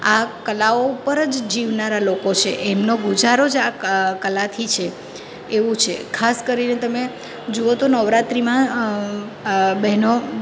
આ કલાઓ ઉપર જ જીવનારા લોકો છે એમનો ગુજારો જ આ ક કલાથી છે એવું છે ખાસ કરીને તમે જુવો તો નવરાત્રિમાં બહેનો